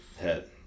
Head